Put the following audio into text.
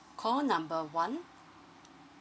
call number one